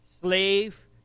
slave